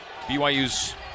BYU's